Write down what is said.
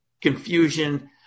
confusion